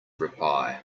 reply